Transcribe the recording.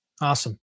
Awesome